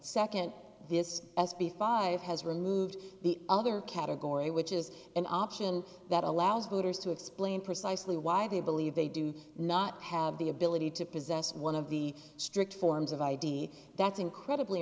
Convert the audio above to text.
second this s b five has removed the other category which is an option that allows voters to explain precisely why they believe they do not have the ability to possess one of the strict forms of id that's incredibly